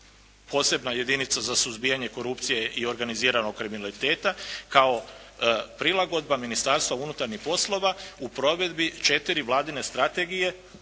posebna jedinica za suzbijanje korupcije i organiziranog kriminaliteta, kao prilagodba Ministarstva unutarnjih poslova u provedbi četiri Vladine strategije